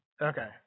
Okay